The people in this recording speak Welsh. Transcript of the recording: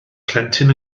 plentyn